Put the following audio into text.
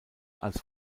als